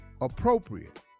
appropriate